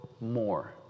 more